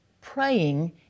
Praying